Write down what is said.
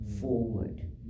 forward